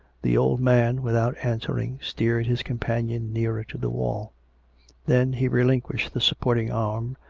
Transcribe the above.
the old man, without answering, steered his companion nearer to the wall then he relinquished the supporting arm,